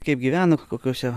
kaip gyveno kokiose